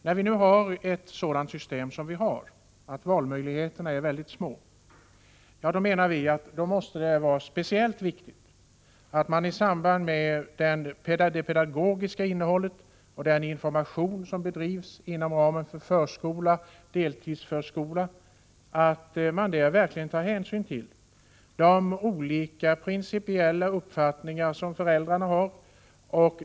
När vi nu har ett sådant system som vi har — och valmöjligheterna alltså är mycket små — menar vi att det måste vara speciellt viktigt att man vid utarbetandet av det pedagogiska innehållet och vid den information som bedrivs inom ramen för förskolan och deltidsförskolan verkligen tar hänsyn till de olika principiella uppfattningar som föräldrarna har.